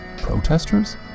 Protesters